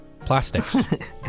plastics